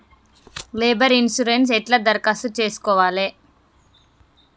Labour insurance ఎట్ల దరఖాస్తు చేసుకోవాలే?